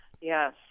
Yes